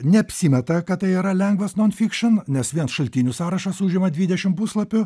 neapsimeta kad tai yra lengvas non fikšin nes vien šaltinių sąrašas užima dvidešimt puslapių